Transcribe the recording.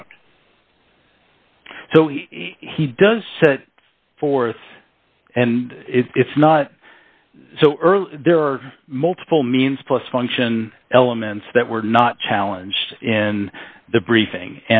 not so he does set forth and it's not so early there are multiple means plus function elements that were not challenged in the briefing